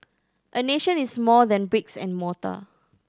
a nation is more than bricks and mortar